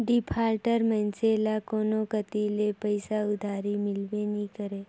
defaulter मइनसे ल कोनो कती ले पइसा उधारी मिलबे नी करे